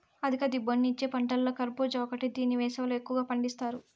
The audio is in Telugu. అధిక దిగుబడిని ఇచ్చే పంటలలో కర్భూజ ఒకటి దీన్ని వేసవిలో ఎక్కువగా పండిత్తారు